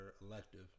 elective